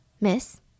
Miss